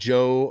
Joe